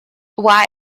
why